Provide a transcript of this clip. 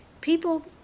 people